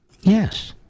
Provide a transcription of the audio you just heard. Yes